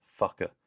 fucker